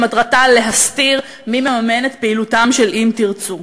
שמטרתה להסתיר מי מממן את פעילותה של "אם תרצו".